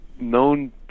known